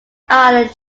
island